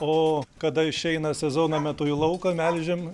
o kada išeina sezono metu į lauką melžiam